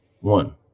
One